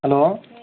hello